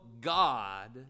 God